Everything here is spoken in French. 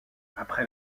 après